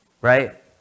Right